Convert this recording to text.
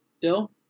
Dill